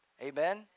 Amen